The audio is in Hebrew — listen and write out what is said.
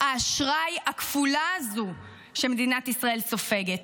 האשראי הכפולה הזו שמדינת ישראל סופגת.